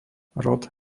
rod